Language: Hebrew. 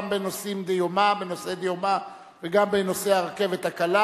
גם בנושאי דיומא וגם בנושא הרכבת הקלה.